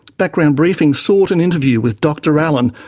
background briefing sought an interview with dr allen,